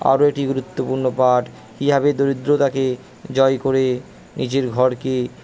আরও একটি গুরুত্বপূর্ণ পাঠ কীভাবে দরিদ্রতাকে জয় করে নিজের ঘরকে